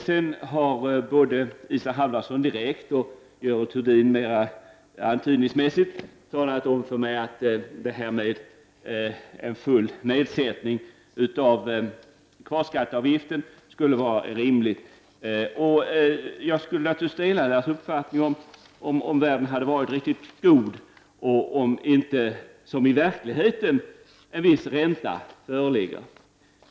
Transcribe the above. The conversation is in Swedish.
Isa Halvarsson har direkt och Görel Thurdin mera antydningsvis talat om för mig att full nedsättning av kvarskatteavgiften skulle vara rimlig. Jag skulle naturligtvis dela deras uppfattning om världen varit riktigt god och om inte, som i verkligheten, en viss ränta föreligger.